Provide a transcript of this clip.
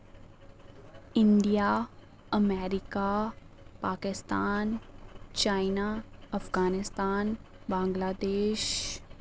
India America Pakistan China Afghanistan Bangladesh